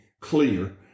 clear